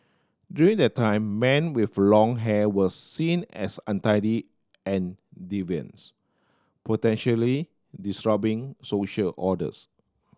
during that time men with long hair were seen as untidy and deviants potentially social orders